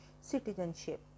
Citizenship